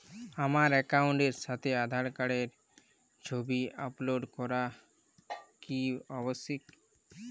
আমার অ্যাকাউন্টের সাথে আধার কার্ডের ছবি আপলোড করা কি আবশ্যিক?